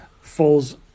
falls